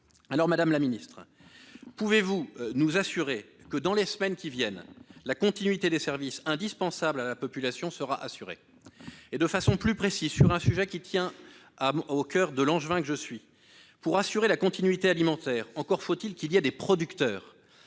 secrétaire d'État, pouvez-vous nous assurer que, dans les semaines qui viennent, la continuité des services indispensables à la population sera assurée ? J'évoquerai un sujet plus précis, qui tient à coeur à l'Angevin que je suis. Pour assurer la continuité alimentaire, encore faut-il qu'il y ait des producteurs.